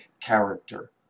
character